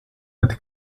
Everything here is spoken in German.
mit